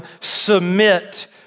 submit